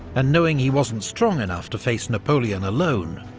and knowing he wasn't strong enough to face napoleon alone,